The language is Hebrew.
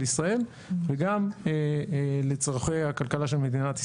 ישראל וגם לצרכי הכלכלה של מדינת ישראל.